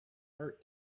art